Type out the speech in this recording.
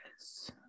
yes